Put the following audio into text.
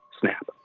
snap